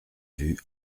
vue